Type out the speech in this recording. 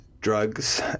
drugs